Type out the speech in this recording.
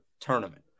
tournament